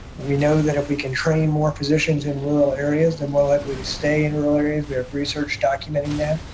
we know that if we can train more physicians in rural areas they're more likely to stay in rural areas. we have research documenting that.